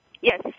Yes